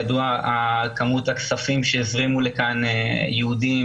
ידועה כמות הכספים שהזרימו לכאן יהודים